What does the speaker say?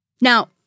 Now